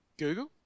Google